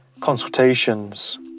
consultations